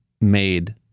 made